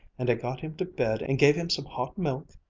and i got him to bed and gave him some hot milk,